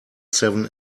seven